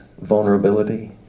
vulnerability